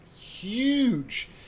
huge